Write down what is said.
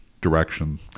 direction